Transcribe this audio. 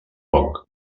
poc